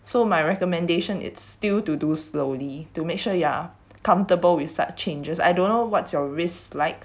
so my recommendation it's still to do slowly to make sure you're comfortable with such changes I don't know what's your risk like